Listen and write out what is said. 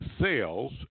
sales